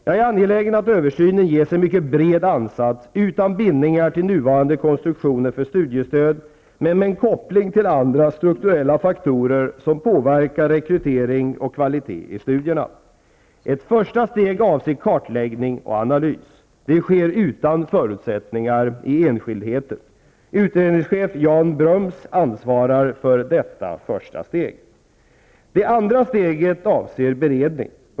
Jag är angelägen om att översynen ges en mycket bred ansats, utan bindningar till nuvarande konstruktioner för studiestöd men med en koppling till andra strukturella faktorer som påverkar rekrytering och kvalitet i studierna. Ett första steg avser kartläggning och analys. Det sker utan förutsättningar i enskildheter. Utredningschef Jan Bröms ansvarar för detta första steg. Det andra steget avser beredning.